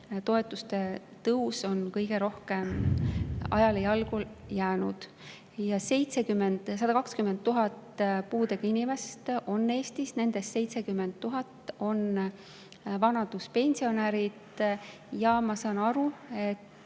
toetuste tõus on kõige rohkem ajale jalgu jäänud. Eestis on 120 000 puudega inimest ning nendest 70 000 on vanaduspensionärid. Ma saan aru,